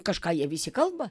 kažką jie visi kalba